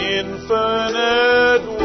infinite